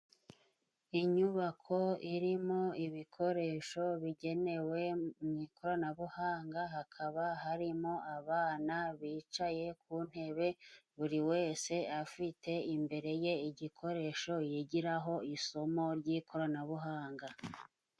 Inyubako irimo ibikoresho bigenewe mu ikoranabuhanga, hakaba harimo abana bicaye ku ntebe buri wese afite imbere ye igikoresho, yigiraho isomo ry'ikoranabuhanga.